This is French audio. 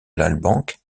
lalbenque